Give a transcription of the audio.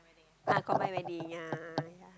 ah combined wedding ah ya